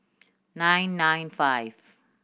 nine nine five